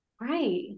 Right